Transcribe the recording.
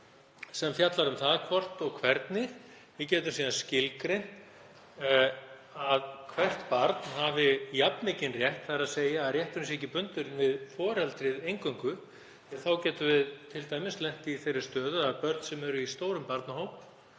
sem fjallar um það hvort og hvernig við getum skilgreint að hvert barn hafi jafn mikinn rétt, þ.e. að rétturinn sé ekki bundinn við foreldrið eingöngu því að þá getum við t.d. lent í þeirri stöðu að börn sem eru í stórum barnahópi